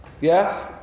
Yes